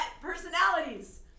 personalities